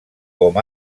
com